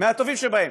מהטובים שבהם.